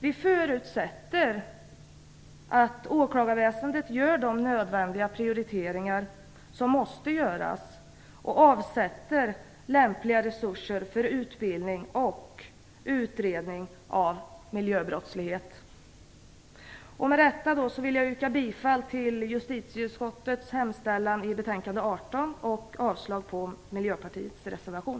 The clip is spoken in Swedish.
Vi förutsätter att åklagarväsendet gör de prioriteringar som måste göras och avsätter lämpliga resurser för utbildning och utredning av miljöbrottslighet. Med detta vill jag yrka bifall till justitieutskottets hemställan i betänkande 18 och avslag på Miljöpartiets reservation.